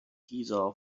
giza